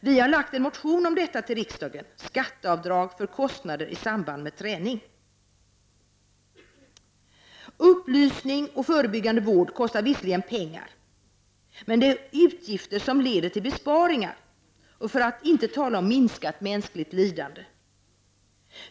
Vi har väckt en motion om detta till riksdagen: Skatteavdrag för kostnader i samband med träning. Upplysning och förebyggande vård kostar visserligen pengar, men det är utgifter som leder till besparingar — för att inte tala om minskat mänskligt lidande.